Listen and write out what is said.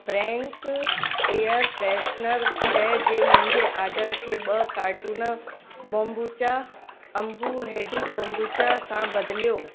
Frank air freshener शइ जे मुंहिंजे आडर खे ॿ कार्टुन बम्बुचा अंबू हैडू कोम्बुचा सां बदिलियो